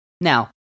Now